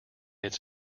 its